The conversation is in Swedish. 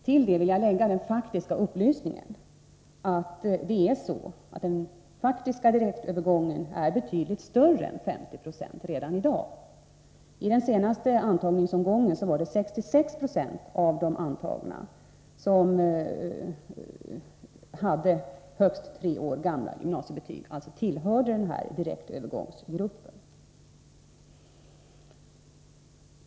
Till det vill jag lägga upplysningen att den faktiska direktövergången är betydligt större än 50 26 redan i dag. I den senaste antagningsomgången hade 66 90 av de antagna högst tre år gamla gymnasiebetyg och tillhörde alltså direktövergångsgruppen.